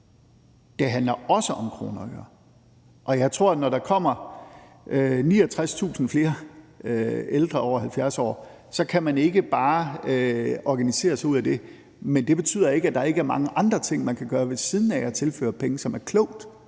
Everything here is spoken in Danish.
Det handler også om kroner og øre. Og når der kommer 69.000 flere ældre over 70 år, tror jeg ikke bare, man kan organisere sig ud af det, men det betyder ikke, at der ikke er mange andre ting, som man kan gøre ved siden af det at tilføre penge, som er klogt